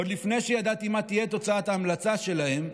עוד לפי שידעתי מה תהיה תוצאת ההמלצה שלהם,